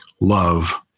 love